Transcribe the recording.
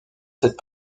cette